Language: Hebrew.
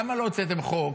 למה לא הוצאתם חוק,